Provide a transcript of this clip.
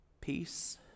Peace